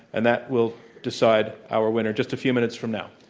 and that will decide our winner just a few minutes from now.